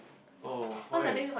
oh why